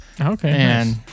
Okay